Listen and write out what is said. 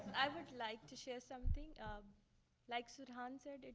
i would like to share something. um like sirhan said,